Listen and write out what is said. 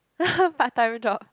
part time job